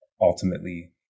ultimately